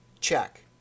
Check